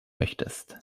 möchtest